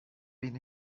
been